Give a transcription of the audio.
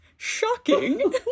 Shocking